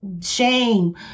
shame